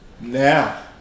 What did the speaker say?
Now